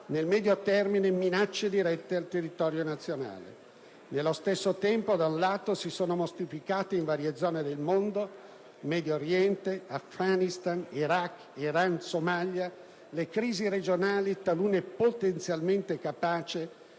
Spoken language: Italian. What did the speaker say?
nel medio termine minacce dirette al territorio nazionale. Nello stesso tempo, da un lato, si sono moltiplicate in varie zone del mondo (Medio Oriente, Afghanistan, Iraq, Iran, Somalia), le crisi regionali, talune potenzialmente capaci